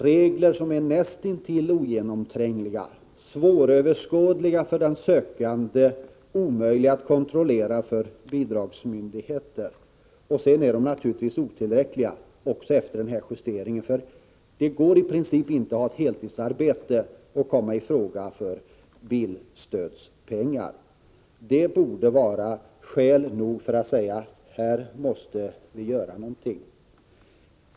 Reglerna är näst intill ogenomträngliga, svåröverskådliga för den sökande och omöjliga att kontrollera för bidragsmyndigheterna. Villkoren är naturligtvis otillräckliga också efter den senaste justeringen. Det går i princip inte att ha ett heltidsarbete och komma i fråga för bilstödspengar. Det borde vara skäl nog för att säga: Här måste vi göra någonting!